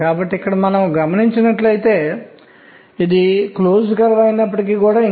కాబట్టి మనం దానిని చూద్దాం